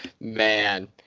Man